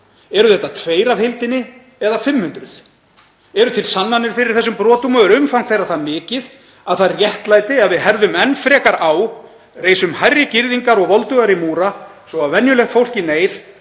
Eru þetta tveir af heildinni eða 500? Eru til sannanir fyrir þessum brotum og er umfang þeirra svo mikið að það réttlæti að við herðum enn frekar á, reisum hærri girðingar og voldugri múra svo að venjulegt fólk í neyð,